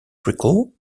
recall